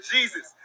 Jesus